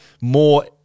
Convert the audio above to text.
more